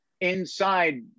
inside